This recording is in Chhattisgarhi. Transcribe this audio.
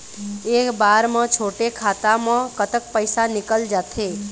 एक बार म छोटे खाता म कतक पैसा निकल जाथे?